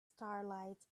starlight